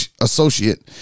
associate